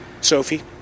Sophie